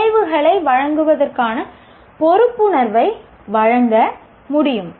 விளைவுகளை வழங்குவதற்கான பொறுப்புணர்வை வழங்க முடியும்